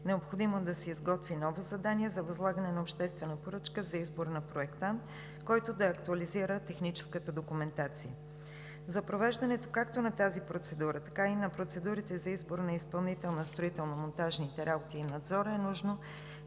Необходимо е да се изготви ново задание за възлагане на обществена поръчка за избор на проектант, който да актуализира техническата документация. За провеждането както на тази процедура, така и на процедурите за избор на изпълнител на строително-монтажните работи и надзора е нужно